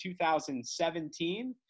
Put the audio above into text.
2017